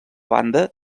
banda